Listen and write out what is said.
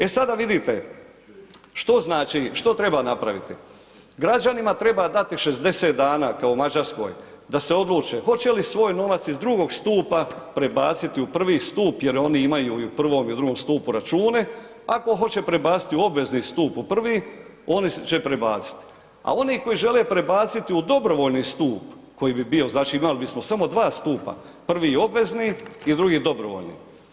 E sada vidite, što znači, što treba napraviti, građanima treba dati 60 dana kao Mađarskoj da se odluče hoće li svoj novac iz drugog stupa prebaciti u prvi stup jer oni imaju i u prvom i u drugom stupu račune, ako hoće prebaciti u obvezni stup u prvi oni će prebaciti, a oni koji žele prebaciti u dobrovoljni stup koji bi bio, znači imali bismo samo dva stupa, prvi i obvezni i drugi dobrovoljni.